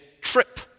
trip